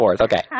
Okay